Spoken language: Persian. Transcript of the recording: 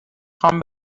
خوام